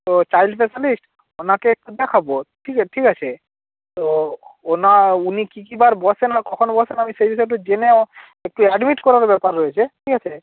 তো child specialist ওনাকে একটু দেখাবো ঠিক আ ঠিক আছে তো ওনা উনি কী কী বার বসেন আর কখন বসেন আমি সেই হিসাব জেনেও একটু অ্যাডমিট করানোর ব্যাপার রয়েছে ঠিক আছে